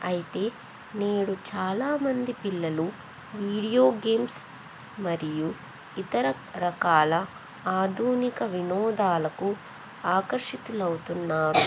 అయితే నేడు చాలామంది పిల్లలు వీడియో గేమ్స్ మరియు ఇతర రకాల ఆధునిక వినోదాలకు ఆకర్షితులవుతున్నారు